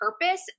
purpose